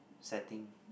setting